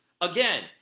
Again